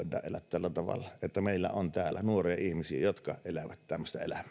tällä tavalla että meillä on täällä nuoria ihmisiä jotka elävät tämmöistä elämää